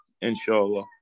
inshallah